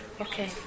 Okay